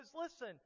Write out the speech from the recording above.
listen